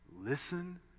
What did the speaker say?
listen